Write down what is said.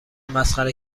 مسخره